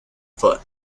foot